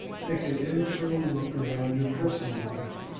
take an internal look around your personal life,